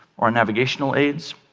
or navigational aids.